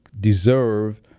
deserve